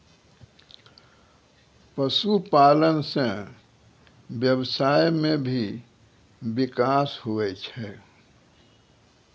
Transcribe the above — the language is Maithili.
पशुपालन से व्यबसाय मे भी बिकास हुवै छै